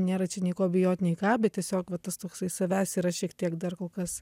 nėra čia nei ko bijot nei ką bet tiesiog va tas toksai savęs yra šiek tiek dar kol kas